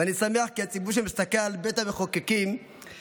ואני שמח כי הציבור שמסתכל על בית המחוקקים זוכה